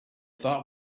thought